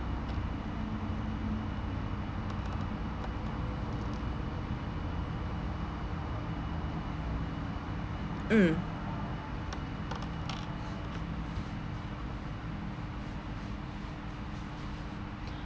mm